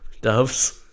doves